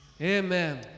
amen